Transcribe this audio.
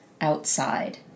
outside